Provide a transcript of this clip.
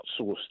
outsourced